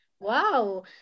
Wow